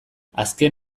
azken